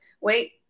wait